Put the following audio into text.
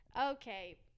okay